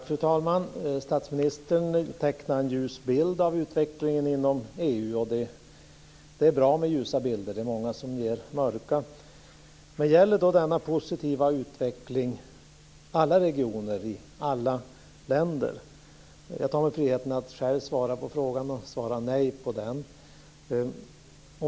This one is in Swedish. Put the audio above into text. Fru talman! Statsministern tecknar en ljus bild av utvecklingen inom EU, och det är bra med ljusa bilder. Det är många som ger mörka bilder. Men gäller denna positiva utveckling alla regioner i alla länder? Jag tar mig friheten att själv svara på frågan och svara nej på den.